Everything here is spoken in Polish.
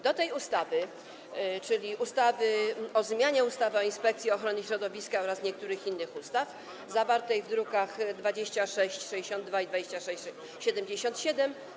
Do tej ustawy, czyli ustawy o zmianie ustawy o Inspekcji Ochrony Środowiska oraz niektórych innych ustaw, zawartej w drukach nr 2662 i 2677,